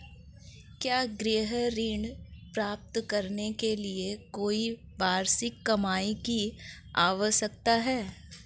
क्या गृह ऋण प्राप्त करने के लिए कोई वार्षिक कमाई की आवश्यकता है?